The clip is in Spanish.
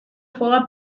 juega